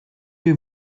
you